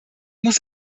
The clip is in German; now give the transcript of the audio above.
muss